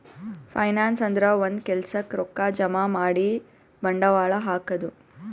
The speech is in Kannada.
ಫೈನಾನ್ಸ್ ಅಂದ್ರ ಒಂದ್ ಕೆಲ್ಸಕ್ಕ್ ರೊಕ್ಕಾ ಜಮಾ ಮಾಡಿ ಬಂಡವಾಳ್ ಹಾಕದು